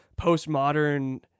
postmodern